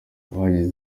abagize